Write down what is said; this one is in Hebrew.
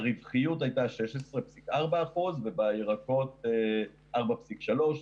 הרווחיות הייתה 16,4 אחוזים ובירקות 4,3 אחוזים.